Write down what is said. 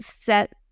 set